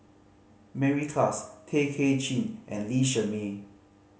Mary Klass Tay Kay Chin and Lee Shermay